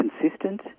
consistent